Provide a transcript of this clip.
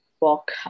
Walk